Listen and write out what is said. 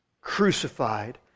crucified